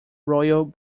royal